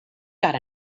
got